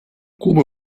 куба